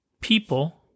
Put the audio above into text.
people